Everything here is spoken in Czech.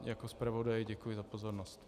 Jako zpravodaj děkuji za pozornost.